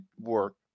work